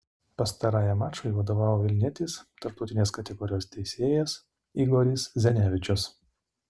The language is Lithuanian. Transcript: pastarajam mačui vadovavo vilnietis tarptautinės kategorijos teisėjas igoris zenevičius